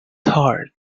heart